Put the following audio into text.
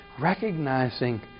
recognizing